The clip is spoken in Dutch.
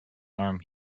arm